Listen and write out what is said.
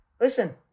listen